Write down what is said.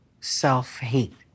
self-hate